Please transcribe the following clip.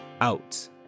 out